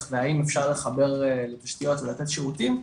והאם אפשר לחבר לתשתיות ולתת שירותים,